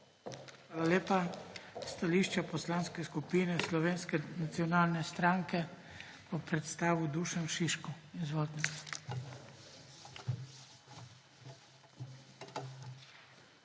Hvala lepa. Stališča Poslanske skupine Slovenske nacionalne stranke bo predstavil Dušan Šiško. Izvolite.